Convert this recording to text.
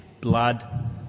Blood